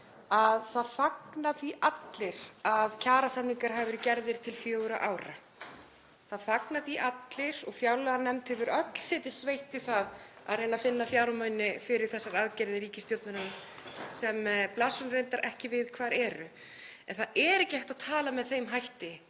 sal fagni því allir að kjarasamningar hafi verið gerðir til fjögurra ára. Það fagna því allir og fjárlaganefnd hefur öll setið sveitt við það að reyna að finna fjármuni fyrir þessar aðgerðir ríkisstjórnarinnar sem blasir nú reyndar ekki við hvar eru. En það er ekki hægt að tala með þeim hætti